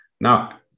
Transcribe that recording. Now